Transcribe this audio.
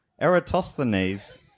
Eratosthenes